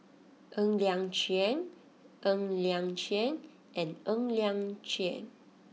Ng Liang Chiang Ng Liang Chiang and Ng Liang Chiang